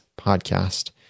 Podcast